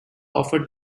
offered